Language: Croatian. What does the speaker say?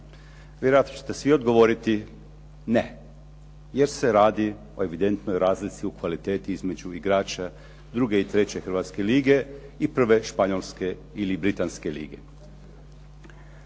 Vjerojatno ćete svi odgovoriti ne jer se radi o evidentnoj razlici u kvaliteti između igrača druge i treće Hrvatske lige i prve Španjolske ili Britanske lige.